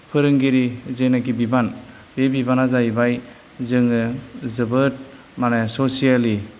फोरोंगिरि जेनोखि बिबान बे बिबाना जाहैबाय जोङो जोबोद माने ससियेलि